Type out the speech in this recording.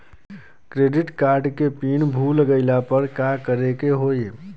Credit card के pin भूल गईला पर का करे के होई?